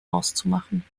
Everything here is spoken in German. auszumachen